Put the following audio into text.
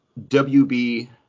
WB